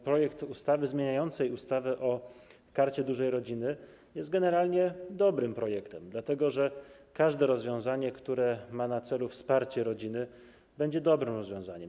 Projekt ustawy zmieniającej ustawę o Karcie Dużej Rodziny jest generalnie dobrym projektem, dlatego że każde rozwiązanie, które ma na celu wsparcie rodziny, będzie dobrym rozwiązaniem.